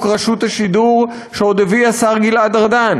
רשות השידור שעוד הביא השר גלעד ארדן,